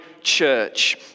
church